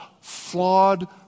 flawed